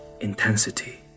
intensity